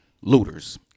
looters